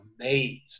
amazed